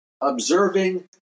observing